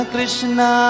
Krishna